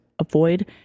Avoid